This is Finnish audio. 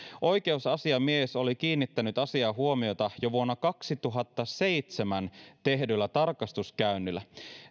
oikeusasiamies oli kiinnittänyt asiaan huomiota jo vuonna kaksituhattaseitsemän tehdyllä tarkastuskäynnillä